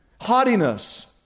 haughtiness